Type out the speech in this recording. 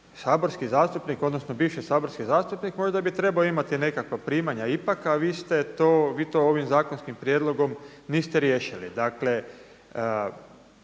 saborski zastupnik odnosno bivši saborski zastupnik možda bi trebao imati nekakva primanja ipak, a vi to ovim zakonskim prijedlogom niste riješili. Dakle,